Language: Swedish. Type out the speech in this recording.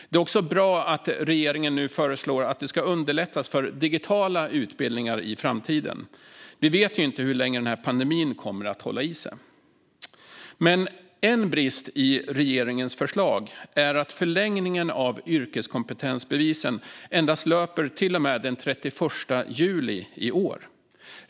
Det är också bra att regeringen nu föreslår att det ska underlättas för digitala utbildningar i framtiden. Vi vet ju inte hur länge pandemin kommer att hålla i sig. Men en brist i regeringens förslag är att förlängningen av yrkeskompetensbevisen endast löper till och med den 31 juli i år.